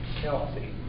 healthy